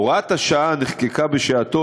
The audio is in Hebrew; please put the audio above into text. הוראת השעה נחקקה בשעתו,